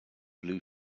blue